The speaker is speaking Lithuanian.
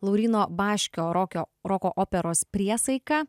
lauryno baškio rokio roko operos priesaika